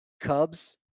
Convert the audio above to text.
Cubs